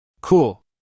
Cool